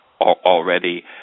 already